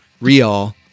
real